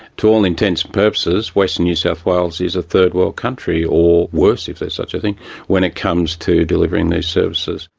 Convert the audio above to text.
to all extents and purposes, western new south wales is a third world country or worse if there's such a thing when it comes to delivering these services.